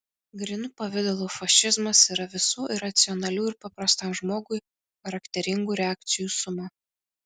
grynu pavidalu fašizmas yra visų iracionalių ir paprastam žmogui charakteringų reakcijų suma